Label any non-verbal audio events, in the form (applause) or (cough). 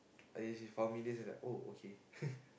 oh okay (laughs)